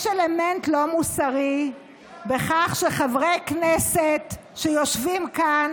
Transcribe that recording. יש אלמנט לא מוסרי בכך שחברי כנסת שיושבים כאן